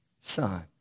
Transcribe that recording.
son